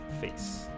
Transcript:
face